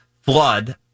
flood